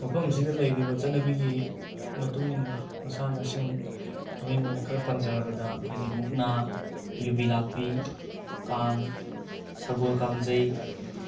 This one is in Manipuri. ꯃꯐꯝꯁꯤꯗ ꯂꯩꯔꯤꯕ ꯆꯠꯅꯕꯤꯒꯤ ꯃꯇꯨꯡ ꯏꯟꯅ ꯃꯁꯥꯟꯅꯁꯤꯡ ꯃꯃꯤꯡ ꯑꯣꯏꯅ ꯈꯔ ꯄꯟꯖꯔꯕꯗ ꯑꯩꯈꯣꯏꯒꯤ ꯃꯨꯛꯅꯥ ꯌꯨꯕꯤ ꯂꯥꯛꯄꯤ ꯀꯥꯡ ꯁꯒꯣꯜ ꯀꯥꯡꯖꯩ